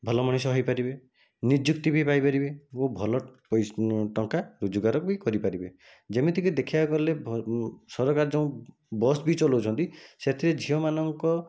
ଭଲମଣିଷ ହେଇପାରିବେ ନିଯୁକ୍ତି ବି ପାଇପାରିବେ ଏବଂ ଭଲ ଟଙ୍କା ରୋଜଗାର ବି କରିପାରିବେ ଯେମିତିକି ଦେଖିବାକୁ ଗଲେ ସରକାର ଯେଉଁ ବସ୍ ବି ଚଳାଉଛନ୍ତି ସେଥିରେ ଝିଅମାନଙ୍କ